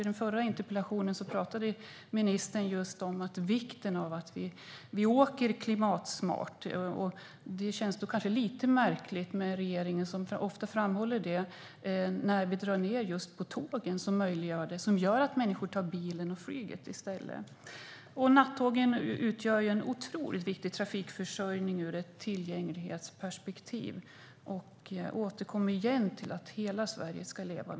I den förra interpellationsdebatten talade ministern om vikten av att vi åker klimatsmart. Eftersom regeringen ofta framhåller det känns det märkligt att man drar ned på just tågen, vilket gör att människor tar bil eller flyg i stället. Nattågen utgör en otroligt viktig trafikförsörjning ur ett tillgänglighetsperspektiv. Jag återkommer igen till att hela Sverige ska leva.